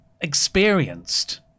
experienced